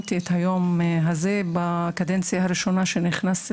יזמתי את הדיון הזה בקדנציה הראשונה שלי בכנסת,